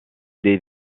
des